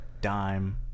dime